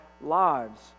lives